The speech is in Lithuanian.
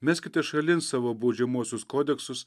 meskite šalin savo baudžiamuosius kodeksus